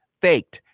faked